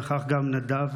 נכח גם נדב,